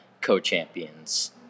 co-champions